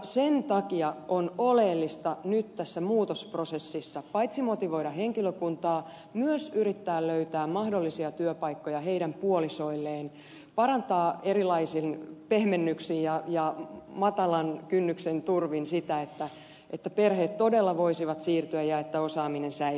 sen takia on oleellista nyt tässä muutosprosessissa paitsi motivoida henkilökuntaa myös yrittää löytää mahdollisia työpaikkoja heidän puolisoilleen parantaa erilaisin pehmennyksin ja matalan kynnyksen turvin sitä että perheet todella voisivat siirtyä ja osaaminen säilyisi